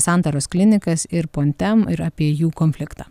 santaros klinikas ir pontem ir apie jų konfliktą